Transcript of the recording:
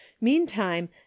Meantime